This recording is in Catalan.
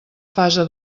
fase